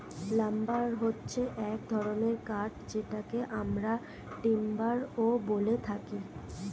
lumber হচ্ছে এক ধরনের কাঠ যেটাকে আমরা টিম্বারও বলে থাকি